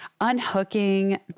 unhooking